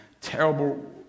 terrible